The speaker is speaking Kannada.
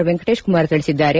ವೆಂಕಟೇಶ ಕುಮಾರ್ ತಿಳಿಸಿದ್ದಾರೆ